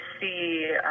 see